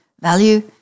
value